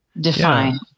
Define